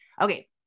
okay